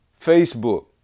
Facebook